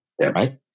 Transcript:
right